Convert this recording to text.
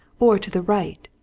or to the right,